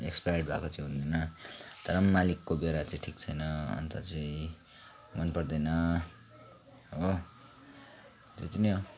expire भएको चाहिँ हुँदैन तर पनि मालिकको व्यवहोरा चाहिँ ठिक छैन अन्त चाहिँ मनपर्दैन हो त्यति नै हो